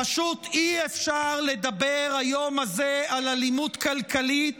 פשוט אי-אפשר לדבר ביום הזה על אלימות כלכלית